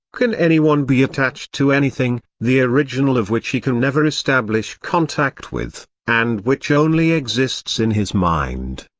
can anyone be attached to anything, the original of which he can never establish contact with, and which only exists in his mind?